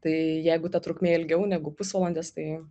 tai jeigu ta trukmė ilgiau negu pusvalandis tai